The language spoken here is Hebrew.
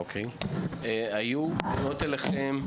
אוקיי, היו פניות אליכם?